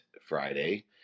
Friday